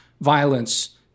violence